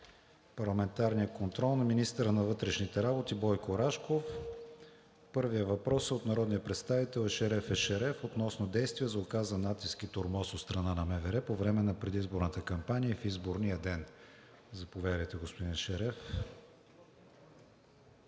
парламентарния контрол на министъра на вътрешните работи Бойко Рашков. Първият въпрос е от народния представител Ешереф Ешереф относно действия за оказан натиск и тормоз от страна на МВР по време на предизборната кампания и в изборния ден. Заповядайте, господин Ешереф.